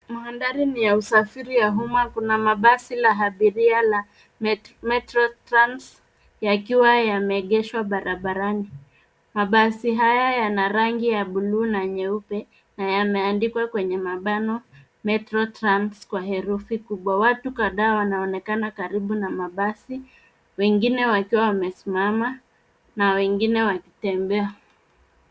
Mandhari ni ya usafiri ya umma, kuna mabasi la abiria la metro trans yakiwa yameegeshwa barabarani. Mabasi haya yana rangi ya buluu na nyeupe na yameandikwa kwenye mabano metro tans kwa herufi kubwa. Watu kadhaa wanaonekana karibu na mabasi, wengine wakiwa wamesimama na wengine wakitembea.